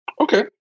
Okay